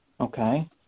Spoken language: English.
Okay